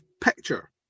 picture